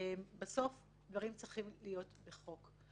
בסוף דברים צריכים להיות בחוק.